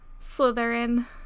Slytherin